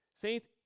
Saints